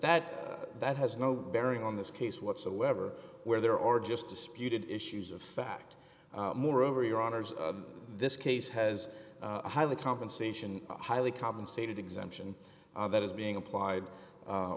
that that has no bearing on this case whatsoever where there are just disputed issues of fact moreover your honour's this case has a highly compensation highly compensated exemption that is being applied